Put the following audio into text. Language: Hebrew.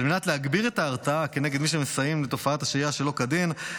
על מנת להגביר את ההרתעה כנגד מי שמסייעים לתופעת השהייה שלא כדין,